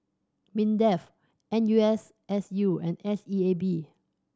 MINDEF N U S S U and S E A B